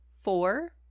four